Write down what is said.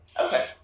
Okay